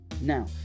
Now